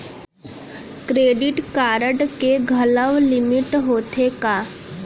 Credit card के घलव limit होथे का?